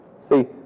See